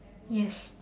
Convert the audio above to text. yes